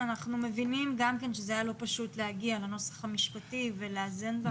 גם אנחנו מבינים שזה היה לא פשוט להגיע לנוסח המשפטי ולאזן.